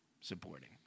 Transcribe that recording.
supporting